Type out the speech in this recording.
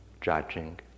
judging